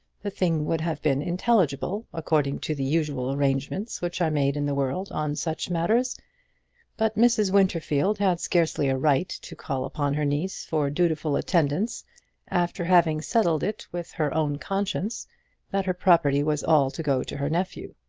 the thing would have been intelligible according to the usual arrangements which are made in the world on such matters but mrs. winterfield had scarcely a right to call upon her niece for dutiful attendance after having settled it with her own conscience that her property was all to go to her nephew.